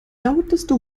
lauteste